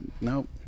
Nope